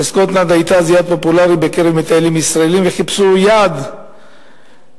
כאשר סקוטלנד היתה יעד פופולרי בקרב מטיילים ישראלים שחיפשו יעד חדש,